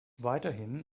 weiterhin